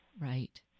Right